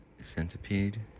centipede